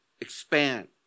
expand